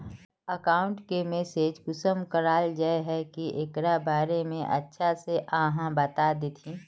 Account के manage कुंसम कराल जाय है की एकरा बारे में अच्छा से आहाँ बता देतहिन?